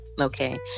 okay